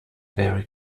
very